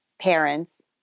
Parents